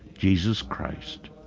jesus christ,